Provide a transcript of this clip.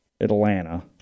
Atlanta